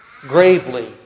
gravely